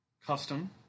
Custom